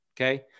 Okay